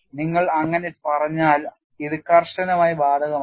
നിങ്ങൾ അങ്ങനെ പറഞ്ഞാൽ ഇത് കർശനമായി ബാധകമല്ല